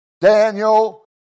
Daniel